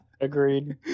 Agreed